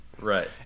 Right